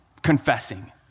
Confessing